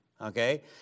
Okay